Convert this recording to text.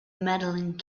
medaling